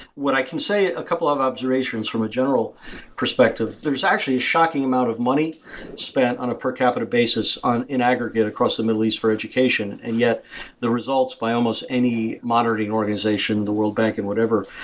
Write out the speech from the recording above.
what i can say a couple of observations from a general perspective there's actually a shocking amount of money spent on a per capita basis in aggregate across the middle east for education and yet the results by almost any moderating organization the world bank, and whatever,